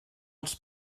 els